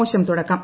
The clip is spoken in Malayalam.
മോശം തുടക്കം